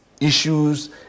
issues